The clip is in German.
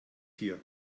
hier